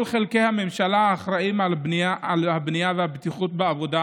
כל חלקי הממשלה האחראיים לבנייה ולבטיחות בעבודה